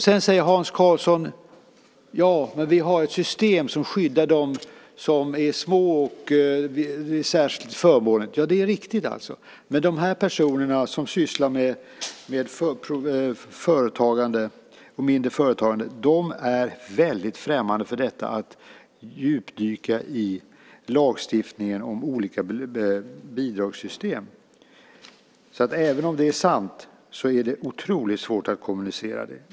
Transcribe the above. Sedan säger Hans Karlsson att vi har ett system som skyddar dem som är små. Det är riktigt, men de personer som driver mindre företag är väldigt främmande för att djupdyka i lagstiftning om olika bidragssystem. Så även om det är sant är det otroligt svårt att så att säga kommunicera det.